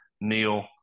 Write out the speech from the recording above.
Neil